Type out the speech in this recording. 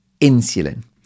insulin